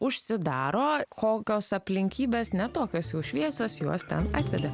užsidaro kokios aplinkybės ne tokios jau šviesos juos ten atvedė